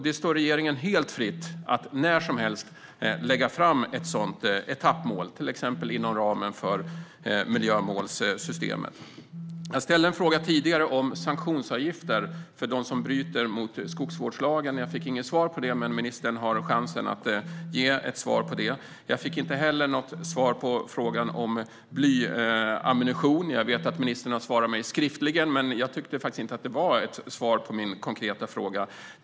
Det står regeringen helt fritt att när som helst lägga fram ett sådant etappmål, till exempel inom ramen för miljömålssystemet. Jag ställde tidigare en fråga om sanktionsavgifter för dem som bryter mot skogsvårdslagen. Jag fick inget svar på den, men ministern har chans att ge ett svar. Jag fick inte heller svar på frågan om blyammunition. Ministern har svarat mig skriftligen, men jag tyckte inte att det var ett svar på min konkreta fråga.